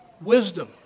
Wisdom